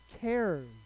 cares